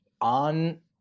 on